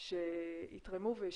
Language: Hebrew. שיתרמו וישפרו.